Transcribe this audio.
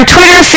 Twitter